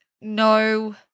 no